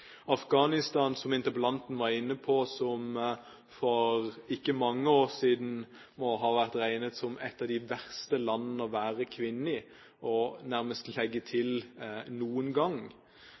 Afghanistan, som interpellanten var inne på, som for ikke mange år siden må ha vært regnet som et av de verste landene å være kvinne i – jeg vil nærmest legge til noen gang.